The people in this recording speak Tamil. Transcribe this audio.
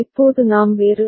இப்போது நாம் வேறு ஐ